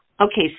Okay